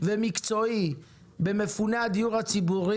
ומקצועי במפוני הדיור הציבור,